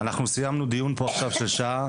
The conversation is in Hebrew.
סיימנו פה דיון של שעה,